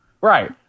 Right